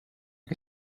que